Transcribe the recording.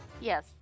Yes